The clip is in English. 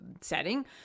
setting